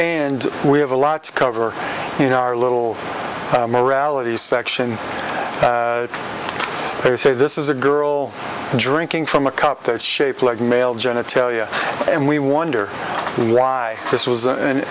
and we have a lot to cover you know our little morality section they say this is a girl drinking from a cup that's shaped like male genitalia and we wonder why this was an